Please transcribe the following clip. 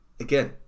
...again